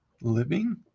living